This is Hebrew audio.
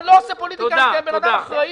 אני לא עושה פוליטיקה כי אני אדם אחראי.